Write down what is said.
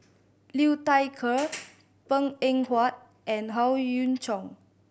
Liu Thai Ker Png Eng Huat and Howe Yoon Chong